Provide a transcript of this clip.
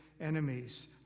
enemies